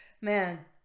man